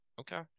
Okay